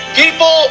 People